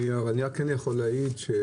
אני יכול להעיד על כך